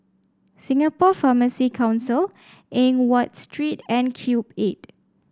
Singapore Pharmacy Council Eng Watt Street and Cube Eight